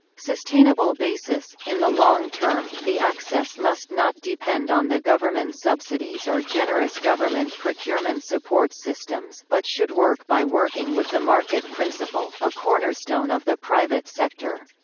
sustainable basis in the long term, the access must not depend on the government subsidies or generous government procurement support systems but should work by working with the market principle, a cornerstone of the private sector.